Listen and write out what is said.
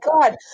God